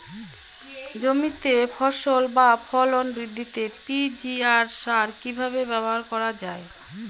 জমিতে ফসল বা ফলন বৃদ্ধিতে পি.জি.আর সার কীভাবে ব্যবহার করা হয়?